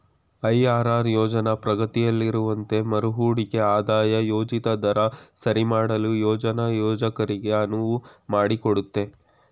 IRR ಯೋಜ್ನ ಪ್ರಗತಿಯಲ್ಲಿರುವಂತೆ ಮರುಹೂಡಿಕೆ ಆದಾಯ ಯೋಜಿತ ದರ ಸರಿಮಾಡಲು ಯೋಜ್ನ ಯೋಜಕರಿಗೆ ಅನುವು ಮಾಡಿಕೊಡುತ್ತೆ